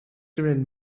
and